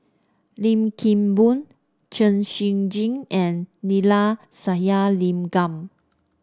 Lim Kim Boon Chen Shiji and Neila Sathyalingam